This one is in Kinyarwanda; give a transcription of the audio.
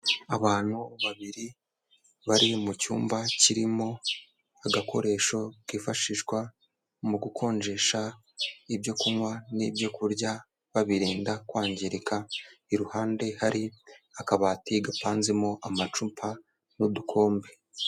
Abantu babiri bari mu cyumba kirimo agakoresho kifashishwa mu gukonjesha ibyo kunywa n'ibyo kurya babirinda kwangirika, iruhande hari akabati gapanzemo amacupa n'udukombe.